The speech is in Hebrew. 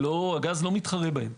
הגז לא מתחרה בהם.